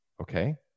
okay